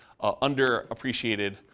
underappreciated